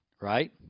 right